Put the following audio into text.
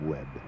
Web